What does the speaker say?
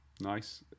nice